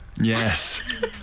yes